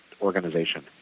organization